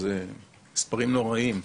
אלה מספרים נוראיים.